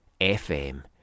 FM